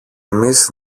εμείς